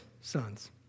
sons